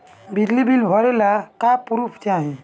बिजली बिल भरे ला का पुर्फ चाही?